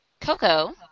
Coco